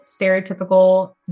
stereotypical